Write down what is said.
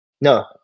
No